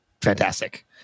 fantastic